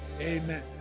Amen